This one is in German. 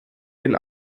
den